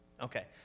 Okay